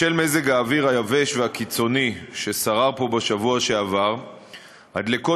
בשל מזג האוויר היבש והקיצוני ששרר פה בשבוע שעבר הדלקות